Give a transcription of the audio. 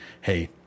hey